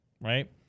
right